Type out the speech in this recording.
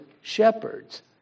shepherds